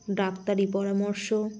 ডাক্তারি পরামর্শ